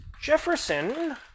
Jefferson